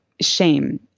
shame